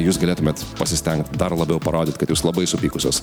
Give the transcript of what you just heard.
jūs galėtumėt pasistengt dar labiau parodyt kad jūs labai supykusios